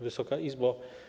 Wysoka Izbo!